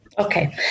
Okay